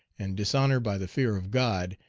and dishonor by the fear of god,